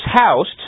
housed